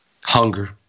hunger